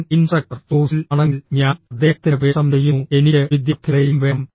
ഞാൻ ഇൻസ്ട്രക്ടർ ഷൂസിൽ ആണെങ്കിൽ ഞാൻ അദ്ദേഹത്തിന്റെ വേഷം ചെയ്യുന്നു എനിക്ക് വിദ്യാർത്ഥികളെയും വേണം